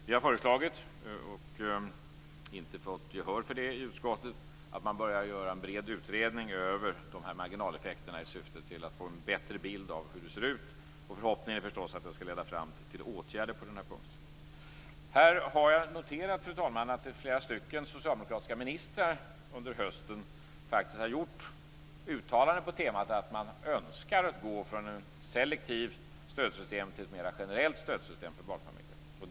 Vi har föreslagit - men vi har inte fått gehör för det i utskottet - att man skall göra en bred utredning av dessa marginaleffekter i syfte att få en bättre bild av hur det ser ut. Vår förhoppning är naturligtvis att den skall leda fram till åtgärder på den här punkten. Fru talman! Här har jag noterat att det är flera socialdemokratiska ministrar som under hösten har gjort uttalanden på temat att man önskar att gå från ett selektivt stödsystem till ett mera generellt stödsystem för barnfamiljer.